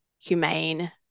humane